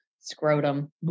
Scrotum